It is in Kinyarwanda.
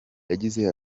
yagize